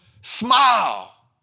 smile